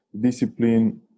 Discipline